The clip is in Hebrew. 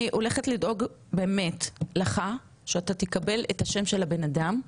אני באמת הולכת לדאוג לך שאתה תקבל את השם של הבן אדם,